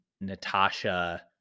Natasha